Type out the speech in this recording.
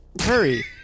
hurry